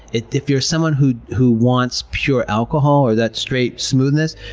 if you're someone who who wants pure alcohol or that straight smoothness,